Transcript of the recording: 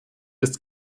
ist